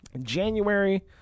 January